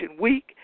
Week